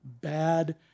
Bad